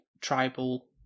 tribal